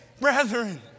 brethren